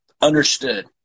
understood